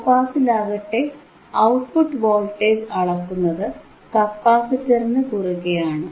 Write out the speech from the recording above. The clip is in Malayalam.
ലോ പാസിലാകട്ടെ ഔട്ട്പുട്ട് വോൾട്ടേജ് അളക്കുന്നത് കപ്പാസിറ്ററിനു കുറുകെയാണ്